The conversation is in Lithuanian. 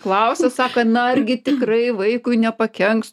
klausia sako na argi tikrai vaikui nepakenks